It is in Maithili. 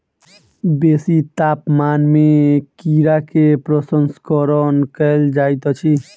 बेसी तापमान में कीड़ा के प्रसंस्करण कयल जाइत अछि